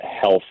health